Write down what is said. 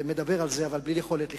מדבר על זה, אבל בלי יכולת לכתוב.